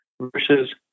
versus